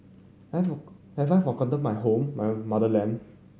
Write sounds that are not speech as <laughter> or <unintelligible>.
have <unintelligible> have I forgotten my home my motherland